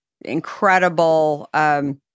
incredible